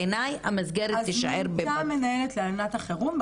בעיני המסגרת תישאר --- מונתה מנהלת להלנת החירום,